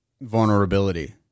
vulnerability